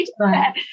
right